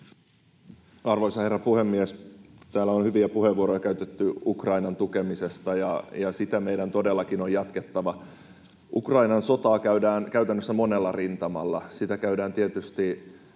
Arvoisa herra puhemies! Täällä on hyviä puheenvuoroja käytetty Ukrainan tukemisesta, ja sitä meidän todellakin on jatkettava. Ukrainan sotaa käydään käytännössä monella rintamalla. Sitä käydään tietysti